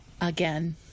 again